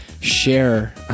share